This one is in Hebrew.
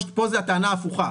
פה זה הטענה ההפוכה,